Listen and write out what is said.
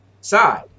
side